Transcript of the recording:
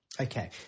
Okay